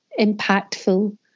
impactful